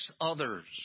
others